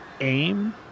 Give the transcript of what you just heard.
aim